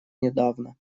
недавно